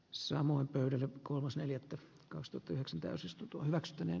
samoin pöydälle kolmas neljättä kostukkeeksi täysistunto hyväksyttäneen